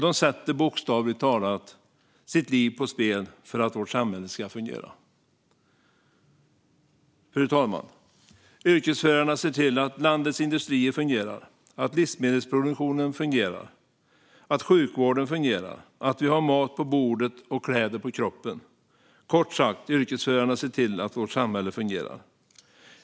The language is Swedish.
De sätter, bokstavligt talat, sina liv på spel för att vårt samhälle ska fungera. Fru talman! Yrkesförarna ser till att landets industrier fungerar, att livsmedelsproduktionen fungerar, att sjukvården fungerar, att vi har mat på bordet och kläder på kroppen. Kort sagt: Yrkesförarna ser till att vårt samhälle fungerar!